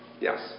Yes